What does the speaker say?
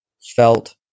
felt